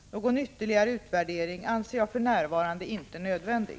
Någon ytterligare utvärdering anser jag för närvarande inte nödvändig.